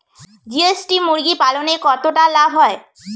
GST মুরগি পালনে কতটা লাভ হয়?